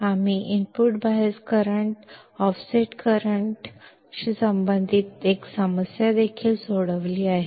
आणि आम्ही input bias current आणि इनपुट ऑफसेट करंटशी संबंधित एक समस्या देखील सोडवली आहे